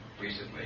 recently